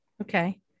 okay